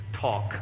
talk